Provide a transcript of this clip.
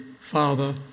Father